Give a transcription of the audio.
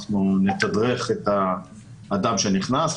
אנחנו נתדרך את האדם שנכנס.